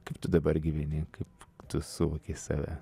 kaip tu dabar gyveni kaip tu suvokei save